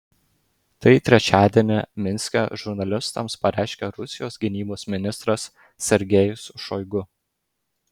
tai trečiadienį minske žurnalistams pareiškė rusijos gynybos ministras sergejus šoigu